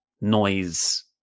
noise